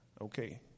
Okay